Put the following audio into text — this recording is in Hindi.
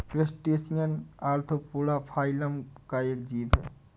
क्रस्टेशियन ऑर्थोपोडा फाइलम का एक जीव है